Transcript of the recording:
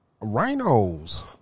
Rhinos